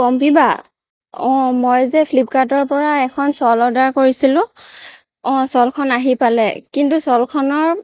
পম্পী বা অঁ মই যে ফ্লিপকাৰ্টৰ পৰা এখন শ্বল অৰ্ডাৰ কৰিছিলোঁ অঁ শ্বলখন আহি পালে কিন্তু শ্বলখনৰ